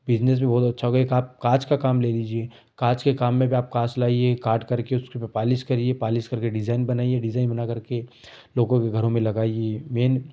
business भी बहुत अच्छा होगा एक आप काँच का काम ले लीजिए काँच के काम में भी आप काँच लाइए काटकर के उसके ऊपर पॉलिश करिए पॉलिश करके डिजैन बनाइए डिज़ैन बनाकर के लोगों के घरों में लगाइए मेन